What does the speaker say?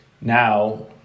Now